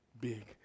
big